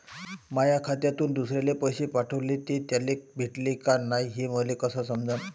माया खात्यातून दुसऱ्याले पैसे पाठवले, ते त्याले भेटले का नाय हे मले कस समजन?